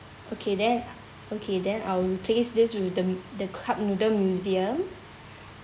okay then okay then I'll replace this with the the cup noodle museum